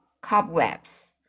cobwebs